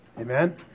Amen